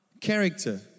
character